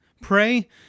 pray